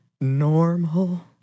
normal